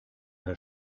herr